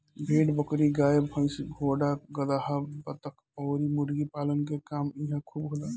भेड़ बकरी, गाई भइस, घोड़ा गदहा, बतख अउरी मुर्गी पालन के काम इहां खूब होला